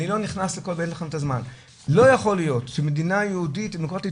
לא יכול להיות שמדינה יהודית דמוקרטית,